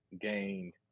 gained